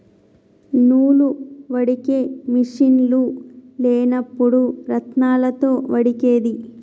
నూలు వడికే మిషిన్లు లేనప్పుడు రాత్నాలతో వడికేది